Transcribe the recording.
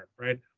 right